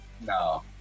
no